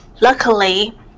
Luckily